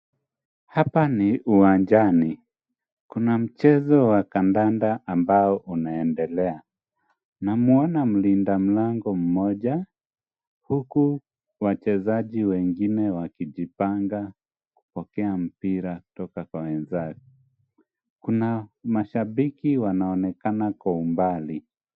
Hapa ni uwanjani. Kuna mchezo wa kandanda ambao unaendelea. Namwona mlinda mlango mmoja huku wachezaji wengine wakijipanga kupokea mpira kutoka kwa wenzake. Kuna mashabiki wanaonekana kwa umbali.